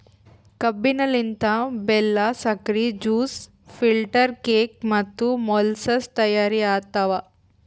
ಕಬ್ಬಿನ ಲಿಂತ್ ಬೆಲ್ಲಾ, ಸಕ್ರಿ, ಜ್ಯೂಸ್, ಫಿಲ್ಟರ್ ಕೇಕ್ ಮತ್ತ ಮೊಳಸಸ್ ತೈಯಾರ್ ಆತವ್